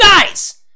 guys